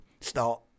start